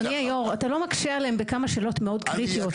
אבל אדוני היו"ר אתה לא מקשה עליהם בכמה שאלות מאוד קריטיות.